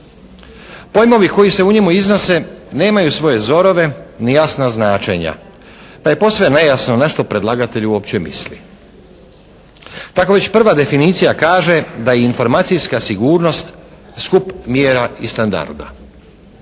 Pojmovi koji se u njemu iznose nemaju svoje zorove ni jasna značenja pa je posve nejasno na što predlagatelj uopće misli. Tako već prva definicija kaže da je informacijska sigurnost skup mjera i standarda.